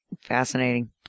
Fascinating